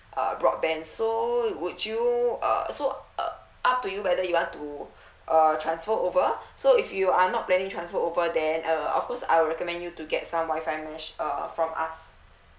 uh broadband so would you uh so uh up to you whether you want to uh transfer over so if you are not planning transfer over then uh of course I will recommend you to get some WI-FI mesh uh from us